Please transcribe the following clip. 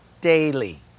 daily